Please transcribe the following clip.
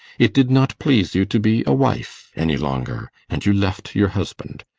it did not please you to be a wife any longer, and you left your husband.